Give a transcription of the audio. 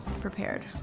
prepared